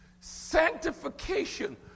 Sanctification